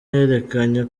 yerekanye